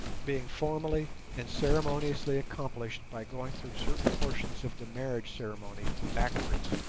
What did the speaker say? being formally and ceremoniously accomplished by going through certain portions of the marriage ceremony backwards.